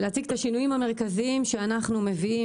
ולהציג את השינויים המרכזיים שאנחנו מביאים